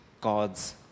God's